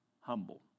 humble